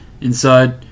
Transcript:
Inside